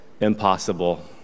impossible